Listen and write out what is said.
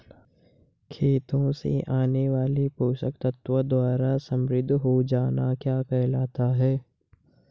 खेतों से आने वाले पोषक तत्वों द्वारा समृद्धि हो जाना क्या कहलाता है?